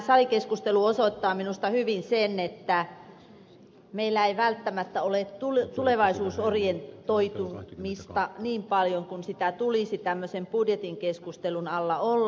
tämä salikeskustelu osoittaa minusta hyvin sen että meillä ei välttämättä ole tulevaisuusorientoitumista niin paljon kuin sitä tulisi tämmöisen budjettikeskustelun alla olla